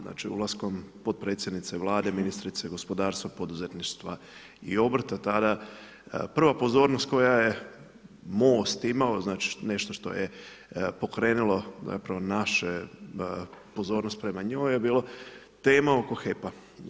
Znači, ulaskom potpredsjednice Vlade, ministrice gospodarstva, poduzetništva i obrta tada, prva pozornost koja je MOST imao, znači nešto što je pokrenulo zapravo našu pozornost prema njoj je bilo tema oko HEP-a.